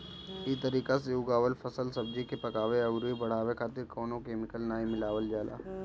इ तरीका से उगावल फल, सब्जी के पकावे अउरी बढ़ावे खातिर कवनो केमिकल नाइ मिलावल जाला